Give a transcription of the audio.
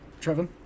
Trevin